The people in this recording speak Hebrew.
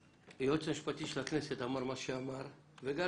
היועץ המשפטי של הכנסת אמר מה שאמר וגלש,